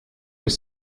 your